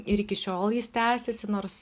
ir iki šiol jis tęsiasi nors